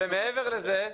ומעבר לזה,